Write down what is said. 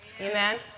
Amen